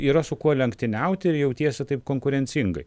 yra su kuo lenktyniauti ir jautiesi taip konkurencingai